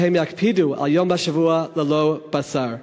והם יקפידו על יום בשבוע ללא בשר.